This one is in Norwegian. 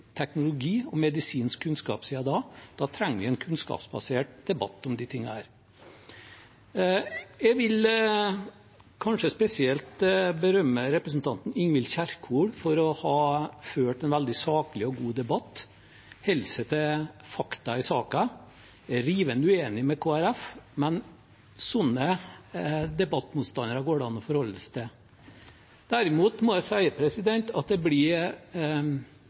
teknologi og medisinsk kunnskap siden da, trenger vi en kunnskapsbasert debatt om disse tingene. Jeg vil spesielt berømme representanten Ingvild Kjerkol for å ha ført en veldig saklig og god debatt. Hun holder seg til fakta i saken. Hun er rivende uenig med Kristelig Folkeparti, men slike debattmotstandere går det an å forholde seg til. Derimot blir jeg